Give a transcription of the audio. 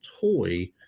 toy